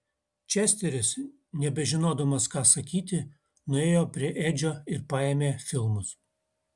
česteris nebežinodamas ką sakyti nuėjo prie edžio ir paėmė filmus